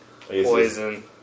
Poison